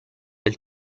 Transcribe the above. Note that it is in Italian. del